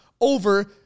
over